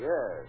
Yes